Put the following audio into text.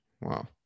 Wow